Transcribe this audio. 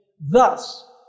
Thus